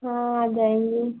हाँ आ जाएँगे